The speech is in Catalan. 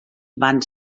van